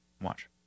Watch